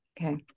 okay